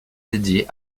dédié